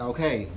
Okay